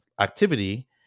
activity